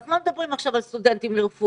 אז לא מדברים עכשיו על סטודנטים לרפואה.